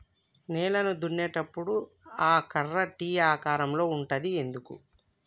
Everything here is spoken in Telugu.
నేలను దున్నేటప్పుడు ఆ కర్ర టీ ఆకారం లో ఉంటది ఎందుకు?